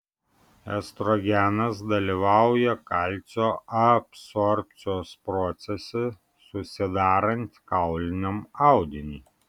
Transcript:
estrogenas dalyvauja kalcio absorbcijos procese susidarant kauliniam audiniui